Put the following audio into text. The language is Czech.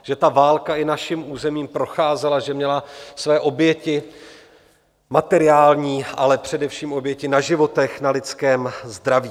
Že ta válka i naším územím procházela, že měla své oběti materiální, ale především oběti na životech, na lidském zdraví.